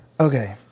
Okay